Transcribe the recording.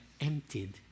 emptied